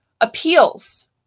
Appeals